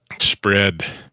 spread